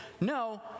no